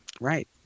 Right